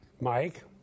Mike